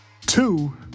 Two